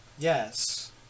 Yes